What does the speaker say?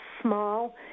small